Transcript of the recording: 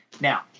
Now